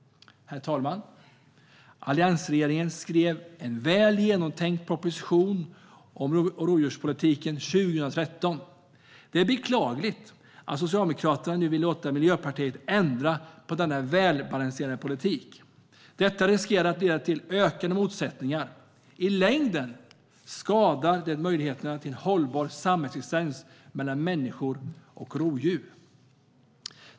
Herr talman! Alliansregeringen lämnade en väl genomtänkt proposition om rovdjurspolitiken 2013. Det är beklagligt att Socialdemokraterna nu vill låta Miljöpartiet ändra på denna välbalanserade politik. Detta riskerar att leda till ökade motsättningar. I längden skadar det möjligheterna till en hållbar samexistens mellan människa och rovdjur.